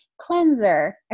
cleanser